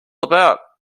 about